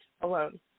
alone